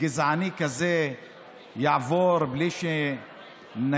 גזעני כזה יעבור בלי שנגיד: